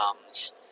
comes